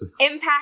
Impact